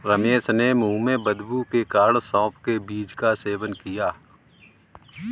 रमेश ने मुंह में बदबू के कारण सौफ के बीज का सेवन किया